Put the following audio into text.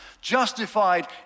justified